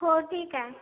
हो ठीक आहे